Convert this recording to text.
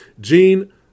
Gene